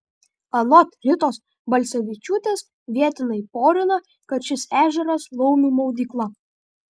anot ritos balsevičiūtės vietiniai porina kad šis ežeras laumių maudykla